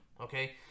okay